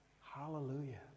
hallelujah